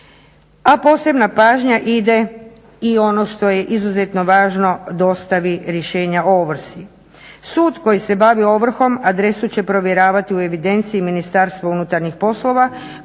a posebna pažnja ide i ono što je izuzetno važno dostavi rješenja o ovrsi. Sud koji se bavi ovrhom adresu će provjeravati u evidenciji Ministarstva unutarnjih poslova